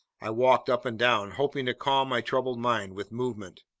i walked up and down, hoping to calm my troubled mind with movement.